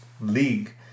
league